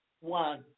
one